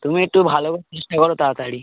তুমি একটু ভালোভাবে চেষ্টা করো তাড়াতাড়ি